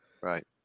Right